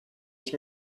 ich